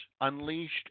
unleashed